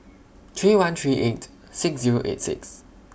three one three eight six Zero eight six